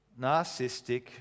narcissistic